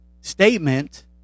statement